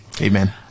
amen